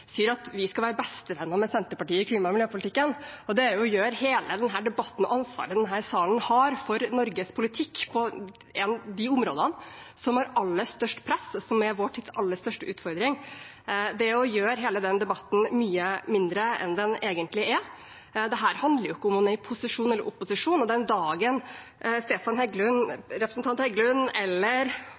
sier nemlig at vi skal være bestevenner med Senterpartiet i klima- og miljøpolitikken. Det er å gjøre hele denne debatten – og ansvaret denne salen har for Norges politikk på de områdene som har aller størst press, som er vår tids aller største utfordring – mye mindre enn den egentlig er. Dette handler jo ikke om en er i posisjon eller i opposisjon, og den dagen representanten Stefan Heggelund